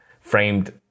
framed